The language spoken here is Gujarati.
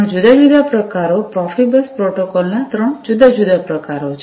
ત્રણ જુદા જુદા પ્રકારો પ્રોફિબસ પ્રોટોકોલના ત્રણ જુદા જુદા પ્રકારો છે